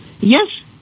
Yes